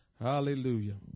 hallelujah